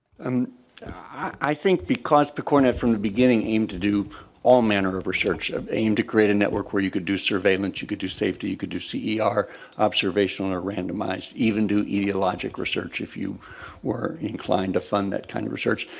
um i think because pcornet from the beginning aimed to do all manner of research, aim to create a network where you could do surveillance, you could do safety, you could do ah cer observational or randomized even do etiologic research if you were inclined to fund that kind of research.